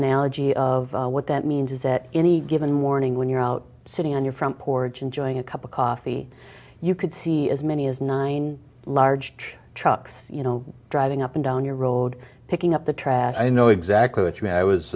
analogy of what that means is that any given morning when you're out sitting on your front porch enjoying a cup of coffee you could see as many as nine large trucks you know driving up and down your road picking up the trash i know exactly what you mean i was